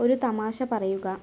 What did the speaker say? ഒരു തമാശ പറയുക